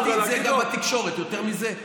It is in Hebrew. את הסיפור הזה של הצביעות מהספסלים האלה